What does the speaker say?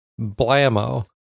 blammo